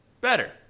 Better